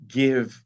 give